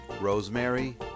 rosemary